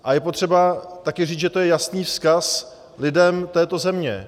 A je potřeba také říct, že to je jasný vzkaz lidem této země.